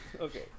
Okay